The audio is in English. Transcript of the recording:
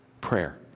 Prayer